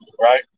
right